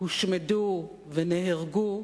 הושמדו ונהרגו,